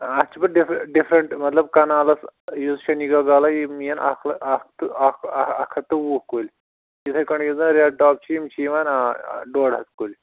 آ اَتھ چھُ پَتہٕ ڈِف ڈِفرَنٛٹ مطلب کَنالَس یُس شنیگا گالا یِم یِن اَکھ لَہ اکھ ٹُو اکھ اکھ ہَتھ تہٕ وُہ کُلۍ یِتھٕے پٲٹھۍ یُس زَن ریڈ ٹاپ چھِ یِم چھِ یِوان آ ڈۄڈ ہَتھ کُلۍ